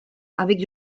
avec